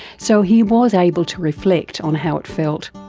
so he was able to reflect on how it felt.